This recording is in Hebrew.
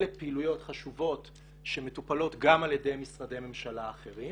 אלה פעילויות חשובות שמטופלות גם על ידי משרדי ממשלה אחרים